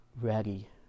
ready